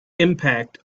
impact